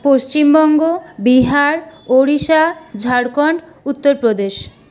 Paschimbanga Bihar Orissa Jharkhand Uttar Pradesh